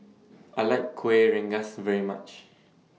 I like Kueh Rengas very much